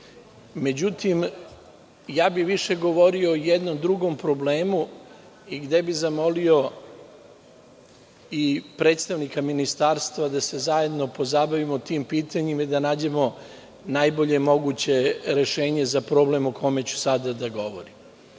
tome.Međutim, više bih govorio o jednom drugom problemu i gde bih zamolio i predstavnika ministarstva da se zajedno pozabavimo tim pitanjima i da nađemo najbolje moguće rešenje za problem o kome ću sada da govorim.U